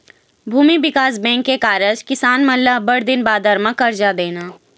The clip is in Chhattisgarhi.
भूमि बिकास बेंक के कारज किसान मन ल अब्बड़ दिन बादर म करजा देना